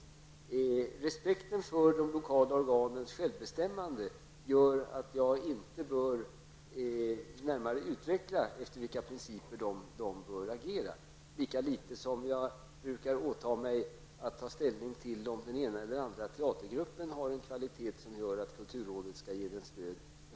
Min respekt för de lokala organens självbestämmande gör att jag inte närmare vill utveckla de principer efter vilka de lokala organen bör agera -- lika litet som jag brukar åta mig att ta ställning till om den ena eller den andra teatergruppen har en kvalitet som gör att kulturrådet skall bevilja stöd.